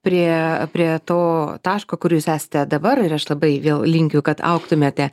prie prie to taško kur jūs esate dabar ir aš labai vėl linkiu kad augtumėte